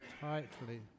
tightly